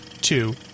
two